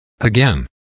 Again